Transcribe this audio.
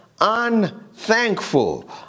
unthankful